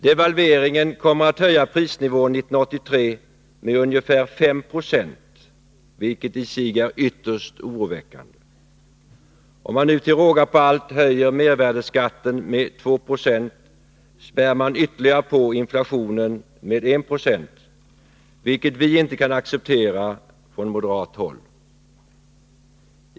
Devalveringen kommer att höja prisnivån 1983 med ungefär 5 96, vilket i sig är ytterst oroväckande. Om man nu till råga på allt detta höjer mervärdeskatten med 2 26, späder man på inflationen med ytterligare 1 90, vilket vi från moderat håll inte kan acceptera.